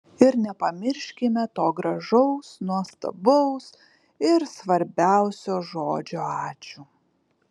ir nepamirškime to gražaus nuostabaus ir svarbiausio žodžio ačiū